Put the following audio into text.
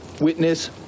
Witness